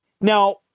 now